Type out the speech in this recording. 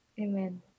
Amen